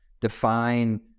define